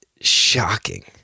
shocking